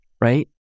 right